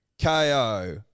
KO